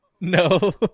no